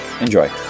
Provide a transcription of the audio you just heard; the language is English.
Enjoy